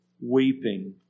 weeping